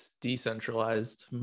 decentralized